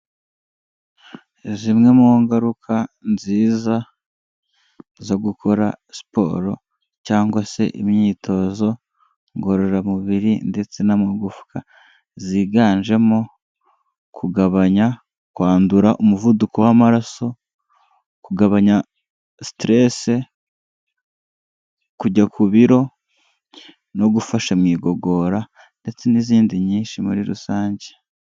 Zimwe mu ngaruka nziza zo gukora siporo cyangwa se imyitozo ngororamubiri ndetse n'amagufwa ziganjemo kugabanya kwandura umuvuduko w'amaraso, kugabanya siteresi, kujya ku biro no gufasha mu igogora ndetse n'izindi nyinshi muri rusange.